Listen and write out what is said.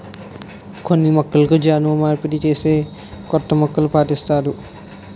కొన్ని మొక్కలను జన్యు మార్పిడి చేసి కొత్త మొక్కలు పుట్టిస్తారు